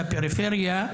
לפריפריה,